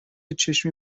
چشمی